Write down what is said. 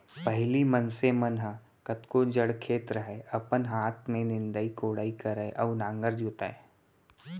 पहिली मनसे मन ह कतको जड़ खेत रहय अपने हाथ में निंदई कोड़ई करय अउ नांगर जोतय